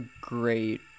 great